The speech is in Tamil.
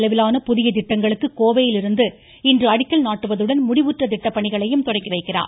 செலவிலான புதிய திட்டங்களுக்கு கோவையிலிருந்து இன்று அடிக்கல் நாட்டுவதுடன் முடிவுந்ற திட்ட பணிகளையும் தொடங்கிவைக்கிறார்